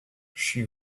she